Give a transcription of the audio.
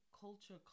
culture